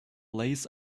lace